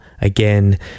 Again